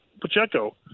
Pacheco